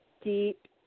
deep